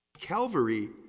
Calvary